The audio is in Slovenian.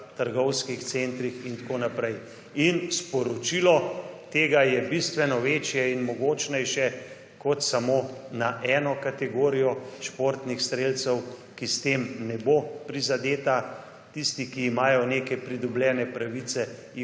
trgovskih centrih in tako naprej. In sporočilo tega je bistveno večje in mogočnejše kot samo za eno kategorijo športnih strelcev, ki s tem ne bodo prizadeti. Tistim, ki imajo neke pridobljene pravice,